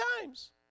times